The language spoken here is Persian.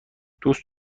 دوست